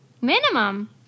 Minimum